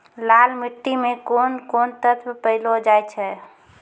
लाल मिट्टी मे कोंन कोंन तत्व पैलो जाय छै?